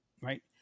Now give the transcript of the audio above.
Right